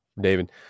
David